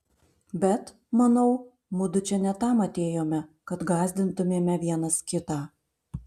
bet manau mudu čia ne tam atėjome kad gąsdintumėme vienas kitą